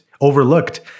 overlooked